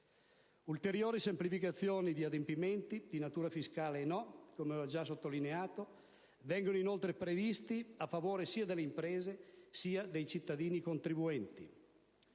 Ulteriori semplificazioni di adempimenti, di natura fiscale e non, come ho già sottolineato, vengono inoltre previste a favore sia delle imprese sia dei cittadini contribuenti.